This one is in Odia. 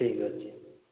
ଠିକ୍ ଅଛି